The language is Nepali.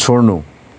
छोड्नु